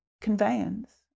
conveyance